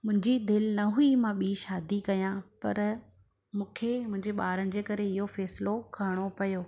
मुंहिंजी दिलि न हुई मां ॿी शादी कयां पर मूंखे मुंहिंजे ॿारनि जे करे इहो फैसलो खरिणो पियो